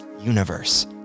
Universe